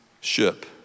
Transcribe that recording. ship